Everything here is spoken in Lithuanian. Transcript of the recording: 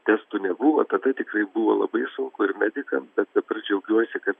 testų nebuvo tada tikrai buvo labai sunku ir medikam bet dabar džiaugiuosi kad